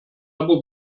aber